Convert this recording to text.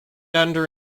under